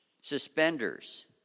suspenders